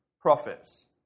profits